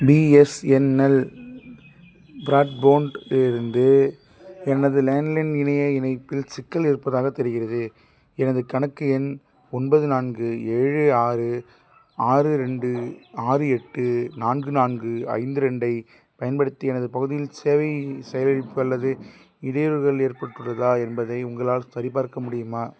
BSNL broadband இருந்து எனது landline இணைய இணைப்பில் சிக்கல் இருப்பதாகத் தெரிகிறது எனது கணக்கு எண் ஒன்பது நான்கு ஏழு ஆறு ஆறு ரெண்டு ஆறு எட்டு நான்கு நான்கு ஐந்து ரெண்டை பயன்படுத்தி எனது பகுதியில் சேவை செயலிழப்பு அல்லது இடையூறுகள் ஏற்பட்டுள்ளதா என்பதை உங்களால் சரிபார்க்க முடியுமா